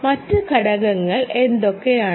മറ്റ് ഘടകങ്ങൾ എന്തൊക്കെയാണ്